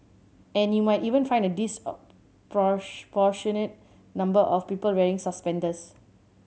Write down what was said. and you might even find a disproportionate number of people wearing suspenders